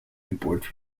report